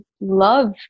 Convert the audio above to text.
love